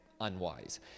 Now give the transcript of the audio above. unwise